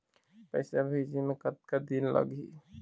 पैसा भेजे मे कतका दिन लगही?